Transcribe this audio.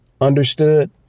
understood